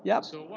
yup